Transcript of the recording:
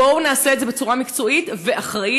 בואו נעשה את זה בצורה מקצועית ואחראית.